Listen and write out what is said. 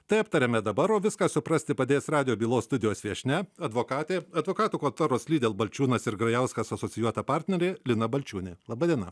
tai aptarėme dabar viską suprasti padės radijo bylos studijos viešnia advokatė advokatų kontoros lidel balčiūnas ir grajauskas asocijuota partnerė lina balčiūnė laba diena